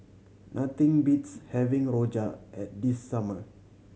nothing beats having rojak at the summer